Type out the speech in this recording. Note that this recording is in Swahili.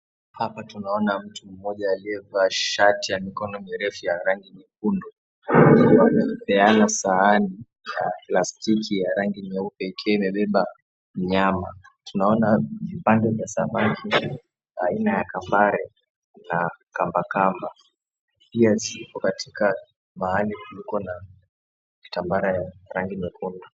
Hapa tunaona mtu mmoja aliyevaa shati ya mikono mirefu ya rangi nyekundu amepeana sahani ya plastiki ya rangi nyeupe ikiwa imebeba nyama tunaona vipande vya samaki aina ya kambare na kambakamba. Pia ziko katika mahali kuliko na vitambara ya rangi nyekundu.